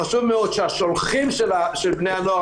חשוב מאוד שהשולחים של בני הנוער,